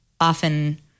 often